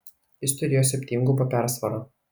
jis turėjo septyngubą persvarą